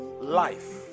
Life